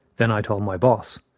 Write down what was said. then i told my boss,